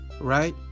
right